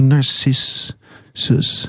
Narcissus